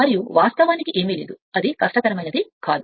మరియు వాస్తవానికి ఏమీ లేదు అది కష్టతరమైనది కాదు